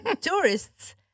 tourists